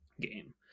game